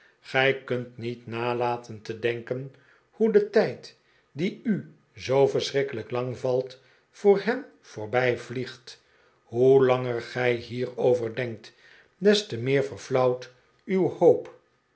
gij kunt niet nalaten te denken hoe de tijd die u zoo verschrikkelijk lang valt voor hen voorbijvliegt hoe langer gij hierover denkt des te meer ve rflauwt uw hoop